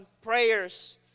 prayers